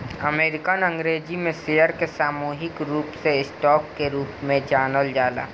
American अंग्रेजी में share के सामूहिक रूप से स्टॉक के रूप में जानल जाला